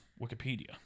Wikipedia